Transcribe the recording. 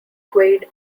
quaid